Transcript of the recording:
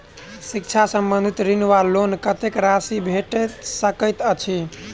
शिक्षा संबंधित ऋण वा लोन कत्तेक राशि भेट सकैत अछि?